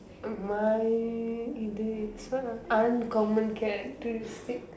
why if there is a uncommon characteristic